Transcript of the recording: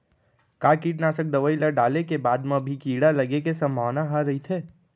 का कीटनाशक दवई ल डाले के बाद म भी कीड़ा लगे के संभावना ह रइथे?